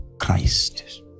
Christ